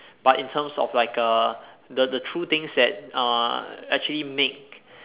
but in terms of like err the the true things that uh actually make